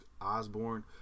Osborne